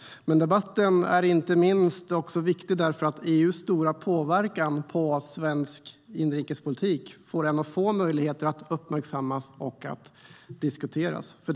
Debatten är viktig, inte minst eftersom den erbjuder en av få möjligheter att uppmärksamma och diskutera EU:s stora påverkan på svensk politik.